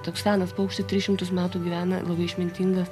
toks senas paukštis tris šimtus metų gyvena labai išmintingas